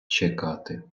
чекати